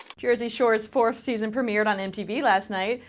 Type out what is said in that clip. jersey shore's fourth season premiered on mtv last night,